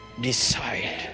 decide